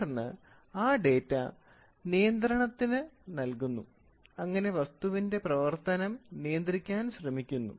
തുടർന്ന് ആ ഡാറ്റ നിയന്ത്രണത്തിന് നൽകുന്നു അങ്ങനെ വസ്തുവിന്റെ പ്രവർത്തനം നിയന്ത്രിക്കാൻ ശ്രമിക്കുന്നു